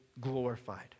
glorified